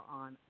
on